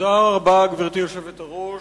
תודה רבה, גברתי היושבת-ראש.